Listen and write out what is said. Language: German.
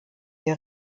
der